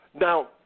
Now